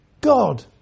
God